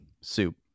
Soup